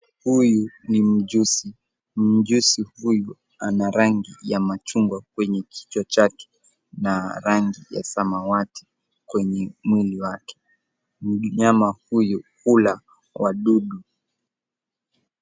Huyu ni mjusi. Mjusi huyu ana rangi ya machungwa kwenye kichwa chake na rangi ya samawati kwenye mwili wake. Mnyama huyu hula wadudu.